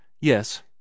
Yes